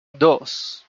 dos